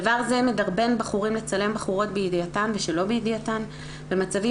דבר זה מדרבן בחורים לצלם בחורות בידיעתן ושלא בידיעתן במצבים